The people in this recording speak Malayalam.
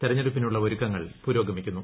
തെരഞ്ഞെടുപ്പിനുള്ള ഒരുക്കങ്ങൾ പുരോഗമിക്കുന്നു